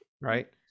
right